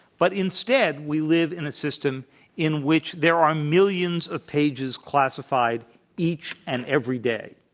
but instead, we live in a system in which there are millions of pages classified each and every day.